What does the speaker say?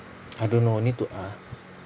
I don't know need to ask